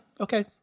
Okay